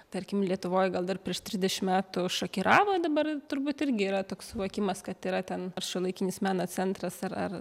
tarkim lietuvoj gal dar prieš trisdešimt metų šokiravo dabar turbūt irgi yra toks suvokimas kad yra ten ar šiuolaikinis meno centras ar ar